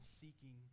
seeking